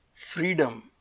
freedom